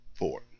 Four